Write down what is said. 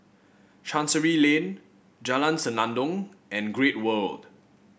Chancery Lane Jalan Senandong and Great World